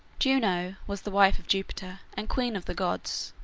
juno was the wife of jupiter, and queen of the gods.